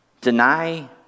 Deny